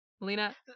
melina